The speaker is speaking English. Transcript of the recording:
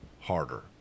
harder